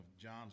John's